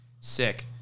sick